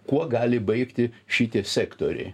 kuo gali baigti šitie sektoriai